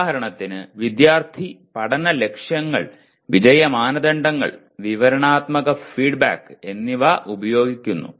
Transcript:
ഉദാഹരണത്തിന് വിദ്യാർത്ഥി പഠന ലക്ഷ്യങ്ങൾ വിജയ മാനദണ്ഡങ്ങൾ വിവരണാത്മക ഫീഡ്ബാക്ക് എന്നിവ ഉപയോഗിക്കുന്നു